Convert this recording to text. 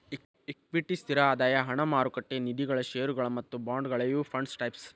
equity ಸ್ಥಿರ ಆದಾಯ ಹಣ ಮಾರುಕಟ್ಟೆ ನಿಧಿಗಳ ಷೇರುಗಳ ಮತ್ತ ಬಾಂಡ್ಗಳ ಇವು ಫಂಡ್ಸ್ ಟೈಪ್ಸ್